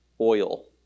oil